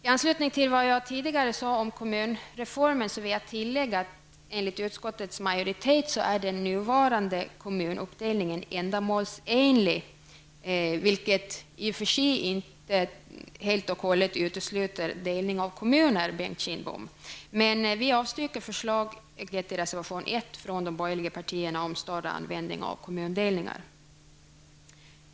I anslutning till vad jag tidigare sade om kommunreformen vill jag tillägga att enligt utskottets majoritiet är den nuvarande kommunuppdelningen ändamålsenlig, vilket inte helt och hållet utesluter en delning av kommuner, Bengt Kindbom. Vi avstyrker därför förslag i reservation 1 från de borgerliga partierna om en större användning av kommundelningar.